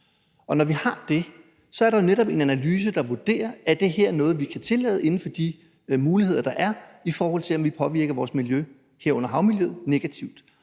Og når vi har det, er der jo netop en analyse, der vurderer, om det her er noget, vi kan tillade inden for de muligheder, der er, i forhold til om vi påvirker vores miljø, herunder havmiljøet, negativt.